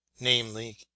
namely